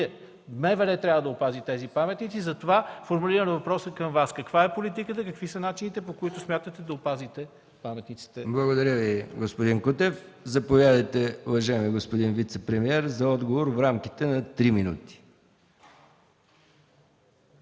– МВР трябва да опази тези паметници, затова формулирам въпроса си към Вас: каква е политиката, какви са начините, по които смятате да опазите паметниците? ПРЕДСЕДАТЕЛ МИХАИЛ МИКОВ: Благодаря Ви, господин Кутев. Заповядайте, уважаеми господин вицепремиер, за отговор в рамките на три минути.